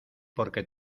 porque